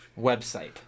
website